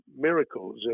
miracles